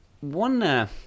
one